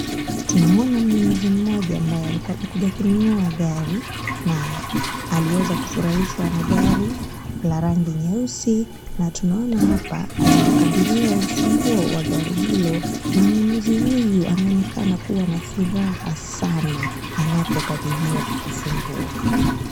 Tunamwona mnunuzi mmoja ambaye alikuwa amekuja kununua gari na aliweza kufurahishwa na gari la rangi nyeusi na tunaona hapa anavyokabidhiwa funguo wa gari hilo na mnunuzi huyu anaonekana kuwa na furaha sana anapokabidhiwa funguo.